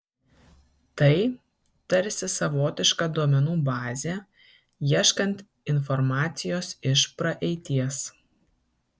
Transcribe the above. tai tarsi savotiška duomenų bazė ieškant informacijos iš praeities